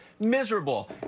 miserable